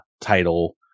title